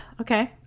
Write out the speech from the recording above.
okay